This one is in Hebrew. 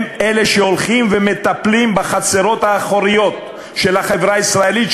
הם שהולכים ומטפלים בחצרות האחוריות של החברה הישראלית,